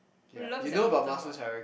love is at the bottom what